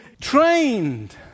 trained